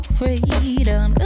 freedom